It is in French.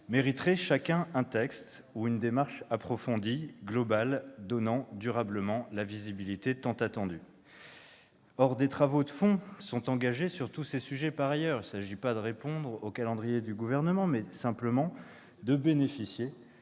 mériteraient chacun un texte ou une démarche approfondie, globale, donnant durablement la visibilité tant attendue. Or des travaux de fond sont engagés sur tous ces sujets par ailleurs. Pas sur le département ni sur la région ! Il ne s'agit donc pas de répondre au calendrier du Gouvernement, mais simplement de bénéficier